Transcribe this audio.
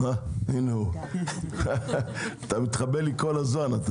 אה, הנה הוא, אתה מתחבא לי כל הזמן.